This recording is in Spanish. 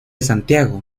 santiago